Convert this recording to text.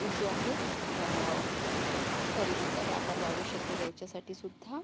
जो आहे खरेदीचा व्यापार वाढू शकेल ह्याच्यासाठी सुद्धा